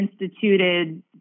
instituted